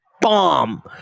bomb